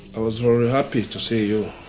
i was very happy to see you.